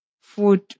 food